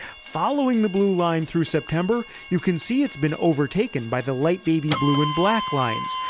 following the blue line through september, you can see it's been overtaken by the light baby blue and black lines,